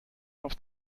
auf